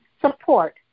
support